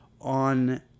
on